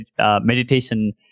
meditation